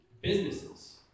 businesses